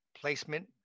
placement